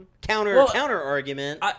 Counter-counter-argument